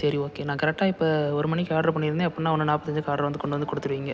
சரி ஓகே நான் கரெக்டாக இப்போ ஒரு மணிக்கு ஆட்ரு பண்ணியிருத்தேன் அப்போன்னா ஒன்று நாற்பதஞ்சிக்கி ஆட்ரு வந்து கொண்டு வந்து கொடுத்துடுவீங்க